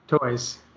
toys